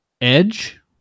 Edge